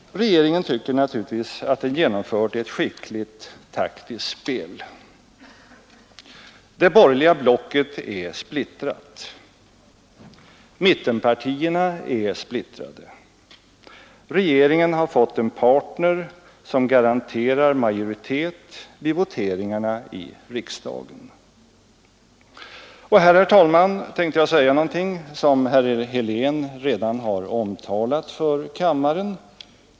Regeringen tycker naturligtvis att den har genomfört ett skickligt taktiskt spel. Det borgerliga blocket är splittrat. Mittenpartierna är splittrade. Regeringen har fått en partner som garanterar majoritet vid voteringarna i riksdagen. Nu, herr talman, tänker jag anföra någonting som herr Helén redan har omtalat för kammaren.